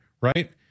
Right